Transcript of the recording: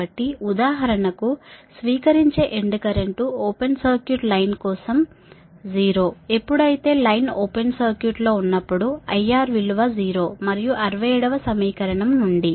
కాబట్టి ఉదాహరణకు స్వీకరించే end current open circuit line కోసం 0 ఎప్పుడైతే లైన్ ఓపెన్ సర్క్యూట్ లో ఉన్నప్పుడు IR విలువ 0 మరియు 67 వ సమీకరణం నుండి